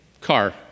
car